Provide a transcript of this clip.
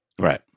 Right